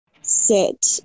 sit